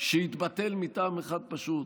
שיתבטל מטעם אחד פשוט: